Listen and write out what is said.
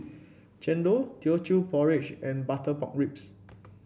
chendol Teochew Porridge and Butter Pork Ribs